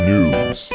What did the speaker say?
News